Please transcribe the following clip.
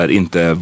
inte